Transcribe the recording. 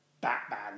Batman